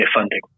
funding